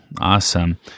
awesome